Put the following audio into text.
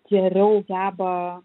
geriau geba